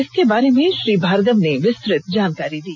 इस के बारे में श्री भार्गव ने विस्तृत जानकारी दी